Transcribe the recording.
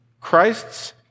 Christ's